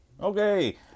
Okay